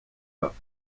pas